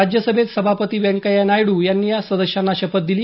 राज्यसभेत सभापती व्यंकय्या नायडू यांनी या सदस्यांना शपथ दिली